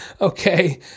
Okay